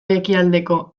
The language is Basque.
ekialdeko